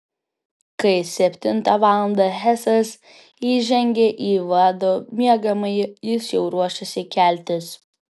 kai septintą valandą hesas įžengė į vado miegamąjį jis jau ruošėsi keltis